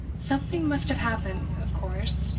something must have happened, of course,